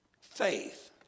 faith